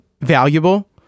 valuable